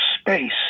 space